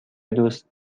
دوست